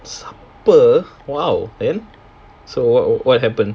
supper !wow! then so what happen